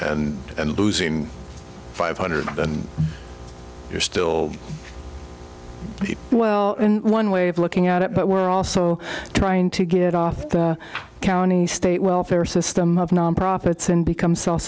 and and losing five hundred and you're still well in one way of looking at it but we're also trying to get off the county state welfare system of nonprofits and become self